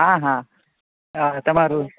હા હા તમારું